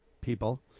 people